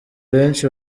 benshi